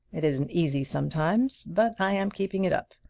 it isn't easy sometimes, but i am keeping it up.